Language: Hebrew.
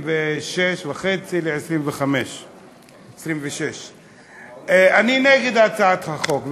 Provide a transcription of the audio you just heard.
מ-26.5% ל-25% 26%. אני נגד הצעת החוק,